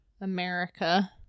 America